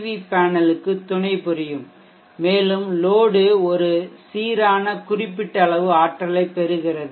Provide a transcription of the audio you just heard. we பேனலுக்கு துணைபுரியும் மேலும் லோடு ஒரு சீரான குறிப்பிட்ட அளவு ஆற்றலைப் பெறுகிறது